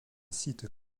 site